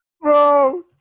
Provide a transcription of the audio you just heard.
Bro